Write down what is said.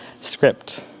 script